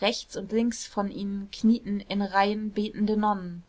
rechts und links von ihnen knieten in reihen betende nonnen